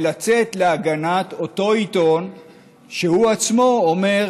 ולצאת להגנת אותו עיתון שהוא עצמו אומר